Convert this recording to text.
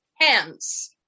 hands